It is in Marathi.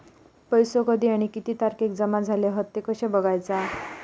पैसो कधी आणि किती तारखेक जमा झाले हत ते कशे बगायचा?